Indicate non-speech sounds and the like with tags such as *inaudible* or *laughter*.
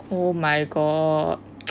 oh my god *noise*